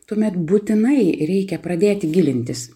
tuomet būtinai reikia pradėti gilintis